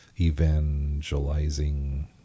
evangelizing